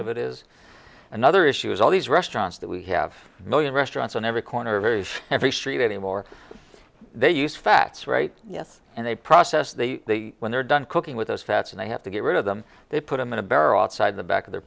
of it is another issue is all these restaurants that we have million restaurants on every corner very every street anymore they use facts right yes and they process the when they're done cooking with those fats and they have to get rid of them they put them in a bear out side the back of their